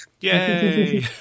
Yay